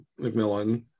McMillan